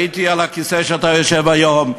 הייתי על הכיסא שאתה יושב עליו היום,